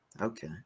Okay